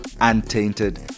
untainted